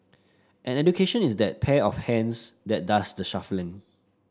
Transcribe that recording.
and education is that pair of hands that does the shuffling